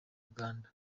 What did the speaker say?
uganda